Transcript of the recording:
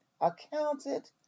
accounted